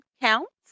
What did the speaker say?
counts